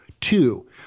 Two